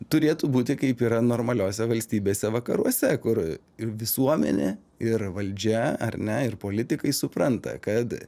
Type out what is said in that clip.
turėtų būti kaip yra normaliose valstybėse vakaruose kur ir visuomenė ir valdžia ar ne ir politikai supranta kad